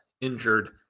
injured